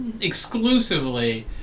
exclusively